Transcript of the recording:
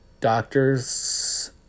Doctors